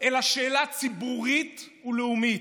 אלא שאלה ציבורית ולאומית.